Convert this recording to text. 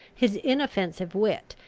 his inoffensive wit,